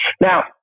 Now